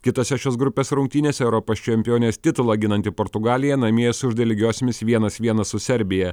kitose šios grupės rungtynėse europos čempionės titulą ginanti portugalija namie sužaidė lygiosiomis vienas vienas su serbija